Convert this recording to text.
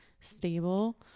stable